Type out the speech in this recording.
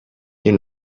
you